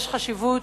יש חשיבות שמכאן,